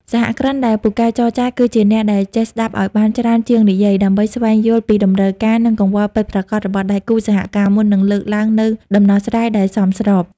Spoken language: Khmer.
សហគ្រិនដែលពូកែចរចា គឺជាអ្នកដែលចេះស្ដាប់ឱ្យបានច្រើនជាងនិយាយ ដើម្បីស្វែងយល់ពីតម្រូវការ និងកង្វល់ពិតប្រាកដរបស់ដៃគូសហការ មុននឹងលើកឡើងនូវដំណោះស្រាយដែលសមស្រប។